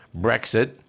Brexit